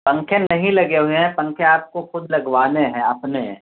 پنکھے نہیں لگے ہوئے ہیں پنکھے آپ کو خود لگوانے ہیں اپنے